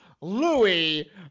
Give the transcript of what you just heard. louis